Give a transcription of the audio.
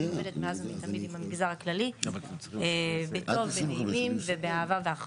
אני עובדת מאז ומתמיד עם המגזר הכללי בטוב ובנעימים ובאחווה,